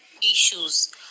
issues